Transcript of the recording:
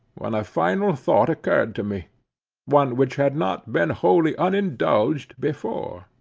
when a final thought occurred to me one which had not been wholly unindulged before.